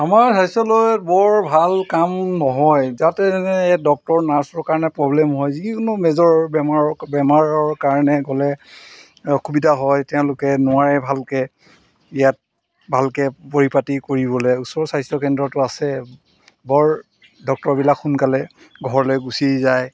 আমাৰ স্বাস্থ্যলয়ত বৰ ভাল কাম নহয় তাতে যেনে ডক্টৰ নাৰ্চৰ কাৰণে প্ৰব্লেম হয় যিকোনো মেজৰ বেমাৰৰ বেমাৰৰ কাৰণে গ'লে অসুবিধা হয় তেওঁলোকে নোৱাৰে ভালকৈ ইয়াত ভালকৈ পৰিপাতি কৰিবলৈ ওচৰৰ স্বাস্থ্যকেন্দ্ৰটো আছে বৰ ডক্টৰবিলাক সোনকালে ঘৰলৈ গুচি যায়